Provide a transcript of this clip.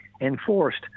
enforced